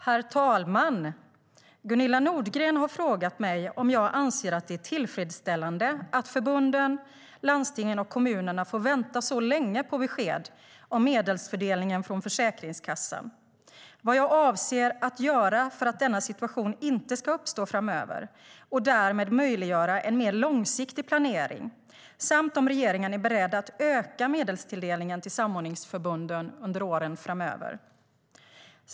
Herr talman! Gunilla Nordgren har frågat mig om jag anser att det är tillfredsställande att förbunden, landstingen och kommunerna får vänta så länge på besked om medelsfördelningen från Försäkringskassan, vad jag avser att göra för att denna situation inte ska uppstå framöver och därmed möjliggöra en mer långsiktig planering samt om regeringen är beredd att öka medelstilldelningen till samordningsförbunden åren framöver.